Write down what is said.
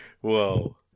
Whoa